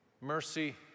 mercy